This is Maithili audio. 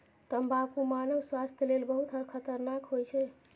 तंबाकू मानव स्वास्थ्य लेल बहुत खतरनाक होइ छै